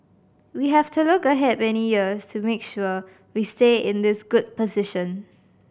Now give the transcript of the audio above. we have to look ahead many years to make sure we stay in this good position